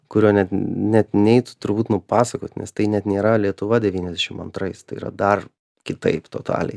kurio net net neitų turbūt nupasakot nes tai net nėra lietuva devyniasdešim antrais tai yra dar kitaip totaliai